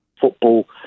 football